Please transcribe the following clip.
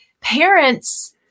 parents